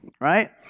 right